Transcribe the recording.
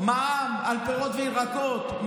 מע"מ על פירות וירקות,